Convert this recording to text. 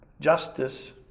Justice